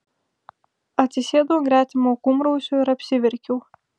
atsisėdau ant gretimo kurmrausio ir apsiverkiau